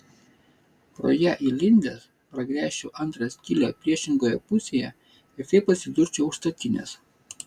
pro ją įlindęs pragręžčiau antrą skylę priešingoje pusėje ir taip atsidurčiau už statinės